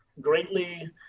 greatly